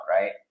Right